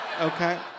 Okay